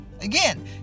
Again